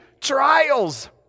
Trials